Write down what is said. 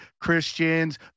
Christians